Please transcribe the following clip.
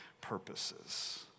purposes